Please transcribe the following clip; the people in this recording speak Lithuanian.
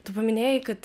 tu paminėjai kad